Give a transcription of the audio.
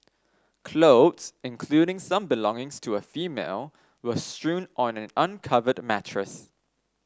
clothes including some belongings to a female were strewn on an uncovered mattress